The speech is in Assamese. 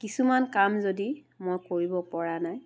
কিছুমান কাম যদি মই কৰিব পৰা নাই